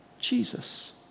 Jesus